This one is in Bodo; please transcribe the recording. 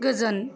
गोजोन